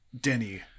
denny